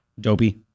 Dopey